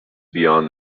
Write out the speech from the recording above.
beyond